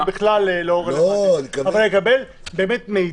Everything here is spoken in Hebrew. היא בכלל לא --- אבל אין באמת תעודת יושר,